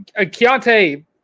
Keontae